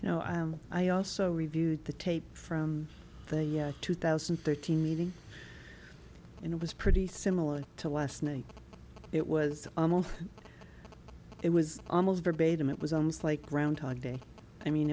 you know i also reviewed the tape from the two thousand and thirteen meeting and it was pretty similar to last night it was almost it was almost verbatim it was almost like groundhog day i mean